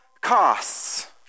costs